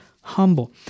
humble